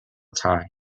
tide